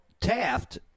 Taft